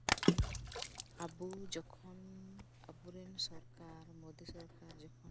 ᱟᱵᱚ ᱡᱚᱠᱷᱚᱱ ᱟᱵᱚᱨᱮᱱ ᱥᱚᱨᱠᱟᱨ ᱢᱳᱫᱤ ᱥᱚᱨᱠᱟᱨ ᱡᱚᱠᱷᱚᱱ